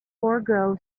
forego